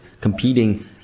competing